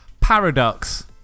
Paradox